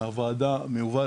מהוועדה ומיובל,